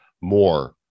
more